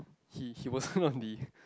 he he wasn't on the